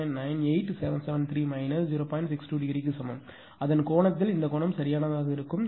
62 ° க்கு சமம் அதன் கோணத்தில் இந்த கோணம் சரியானதாக இருக்கும்